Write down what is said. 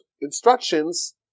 instructions